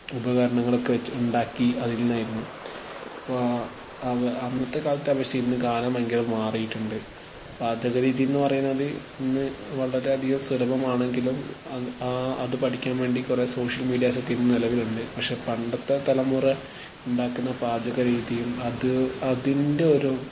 ഉപകരണങ്ങളൊക്കെ വെച്ച് ഉണ്ടാക്കി അതിൽ നിന്നായിരുന്നു അപ്പോൾ അന്നത്തെ കാലത്ത് പക്ഷേ ഇന്ന് കാലം ഭയങ്കര മാറിയിട്ടുണ്ട് പാചക രീതി എന്ന് പറയുന്നത് ഇന്ന് വളരെയധികം സുലഭമാണെങ്കിലും ആ അത് പഠിക്കാൻ വേണ്ടി കുറെ സോഷ്യൽ മീഡിയാസ് ഒക്കെ ഇന്ന് നിലവിലുണ്ട് പക്ഷേ പണ്ടത്തെ തലമുറ ഉണ്ടാക്കുന്ന പാചക രീതിയും അത് അതിന്റെ ഒരു